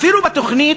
אפילו בתוכנית,